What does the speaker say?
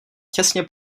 těsně